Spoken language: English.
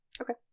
Okay